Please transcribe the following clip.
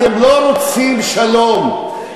אתם לא רוצים שלום.